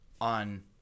on